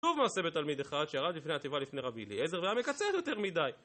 שוב מעשה בתלמיד אחד שירד לפני התיבה לפני רבי אליעזר והיה מקצר יותר מדי